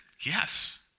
Yes